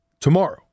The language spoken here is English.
tomorrow